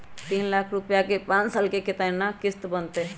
तीन लाख रुपया के पाँच साल के केतना किस्त बनतै?